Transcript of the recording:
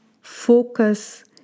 focus